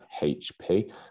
HP